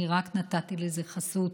אני רק נתתי לזה חסות